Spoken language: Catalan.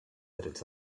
drets